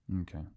Okay